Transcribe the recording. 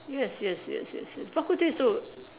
yes yes yes yes yes bak-kut-teh also